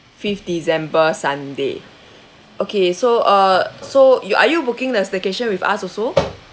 fifth december sunday okay so uh so you are you booking the staycation with us also